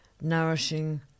nourishing